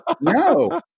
no